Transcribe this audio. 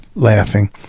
laughing